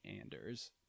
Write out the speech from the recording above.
Anders